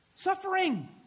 Suffering